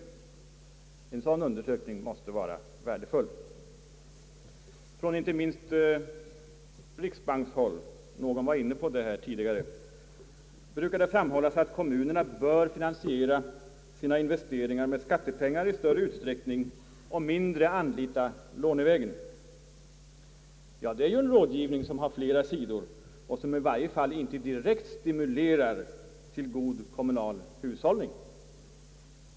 En sådan undersökning måste vara värdefull. Som någon har nämnt brukar inte minst riksbanken framhålla, att kommunerna i större utsträckning bör finansiera sina investeringar med skattepengar och i mindre utsträckning anlita lånevägen. Ja, det är ett råd som har flera sidor och i varje fall inte direkt stimulerar till god kommunal hushållning.